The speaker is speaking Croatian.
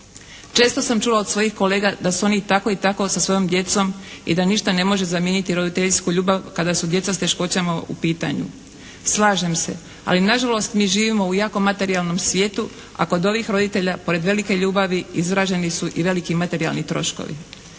Često sam čula od svojih kolega da su oni tako i tako sa svojom djecom i da ništa ne može zamijeniti roditeljsku ljubav kada su djeca s teškoćama u pitanju. Slažem se, ali nažalost mi živimo u jako materijalnom svijetu a kod ovih roditelja pored velike ljubavi izraženi su i veliki materijalni troškovi.